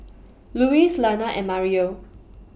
Louise Lana and Mario